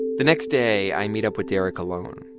the next day, i meet up with derek alone.